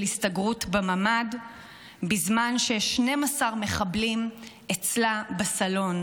הסתגרות בממ"ד בזמן ש-12 מחבלים אצלה בסלון.